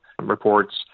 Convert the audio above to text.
reports